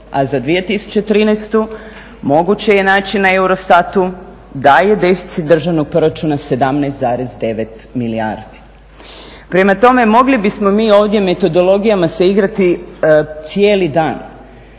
a za 2013. moguće je naći na EUROSTAT-u da je deficit državnog proračuna 17,9 milijardi. Prema tome, mogli bismo mi ovdje metodologijama se igrati cijeli dan,